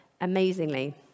amazingly